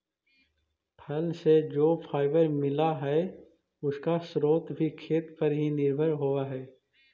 फल से जो फाइबर मिला हई, उसका स्रोत भी खेत पर ही निर्भर होवे हई